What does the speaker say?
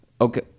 okay